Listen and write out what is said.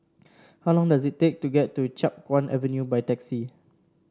how long does it take to get to Chiap Guan Avenue by taxi